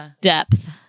depth